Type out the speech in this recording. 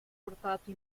portato